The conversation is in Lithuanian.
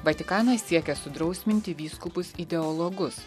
vatikanas siekia sudrausminti vyskupus ideologus